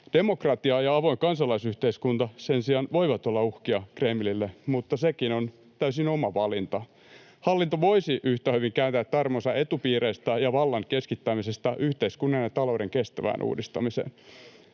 Demokratia ja avoin kansalaisyhteiskunta sen sijaan voivat olla uhkia Kremlille, mutta sekin on täysin oma valinta. Hallinto voisi yhtä hyvin kääntää tarmonsa etupiireistä ja vallan keskittämisestä yhteiskunnan ja talouden kestävään uudistamiseen.